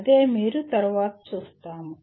అదే మీరు తరువాత చూస్తాము